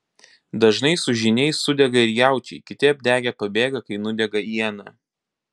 dažnai su žyniais sudega ir jaučiai kiti apdegę pabėga kai nudega iena